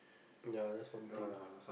ya that's one thing